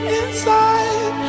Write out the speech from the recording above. inside